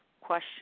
question